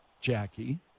Jackie